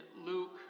Luke